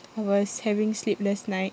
I was having sleepless nights